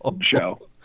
show